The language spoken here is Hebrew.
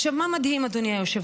עכשיו, מה מדהים, אדוני היושב-ראש?